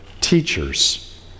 teachers